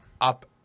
up